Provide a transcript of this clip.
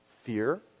Fear